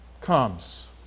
comes